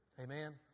Amen